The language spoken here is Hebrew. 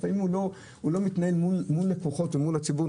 לפעמים הוא לא מתנהל נכון מול לקוחות ומול הציבור,